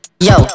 Yo